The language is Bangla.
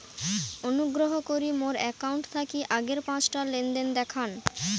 অনুগ্রহ করি মোর অ্যাকাউন্ট থাকি আগের পাঁচটা লেনদেন দেখান